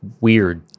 weird